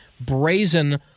brazen